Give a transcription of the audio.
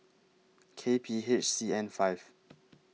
K P H C N five